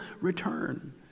return